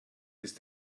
ist